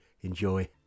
Enjoy